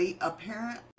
apparent